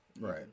Right